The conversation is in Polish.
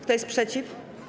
Kto jest przeciw?